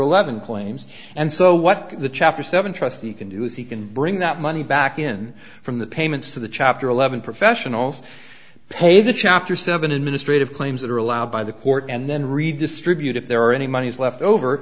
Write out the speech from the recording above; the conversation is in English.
eleven claims and so what the chapter seven trustee can do is he can bring that money back in from the payments to the chapter eleven professionals pay the chapter seven administrative claims that are allowed by the court and then redistribute if there are any monies left over